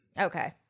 Okay